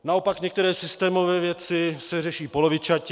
Naopak některé systémové věci se řeší polovičatě.